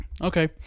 Okay